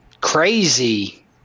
crazy